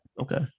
Okay